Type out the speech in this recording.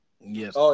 Yes